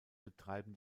betreiben